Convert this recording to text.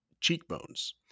cheekbones